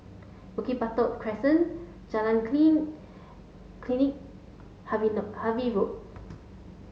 Bukit Batok Crescent Jalan Clean Klinik Harvey Harvey Road